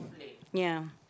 ya